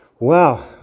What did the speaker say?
Wow